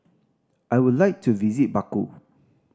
I would like to visit Baku